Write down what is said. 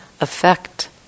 effect